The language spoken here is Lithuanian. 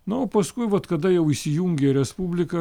na o paskui vat kada jau įsijungė respublika